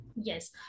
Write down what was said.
Yes